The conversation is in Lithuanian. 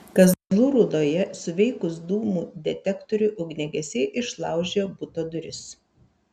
kazlų rūdoje suveikus dūmų detektoriui ugniagesiai išlaužė buto duris